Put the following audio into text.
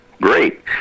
Great